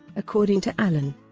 according to allen,